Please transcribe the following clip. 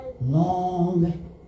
long